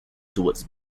towards